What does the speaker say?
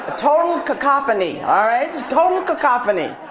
ah total cacophony. alright total cacophony.